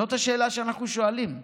זאת השאלה שאנחנו שואלים.